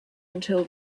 until